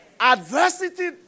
adversity